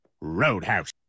roadhouse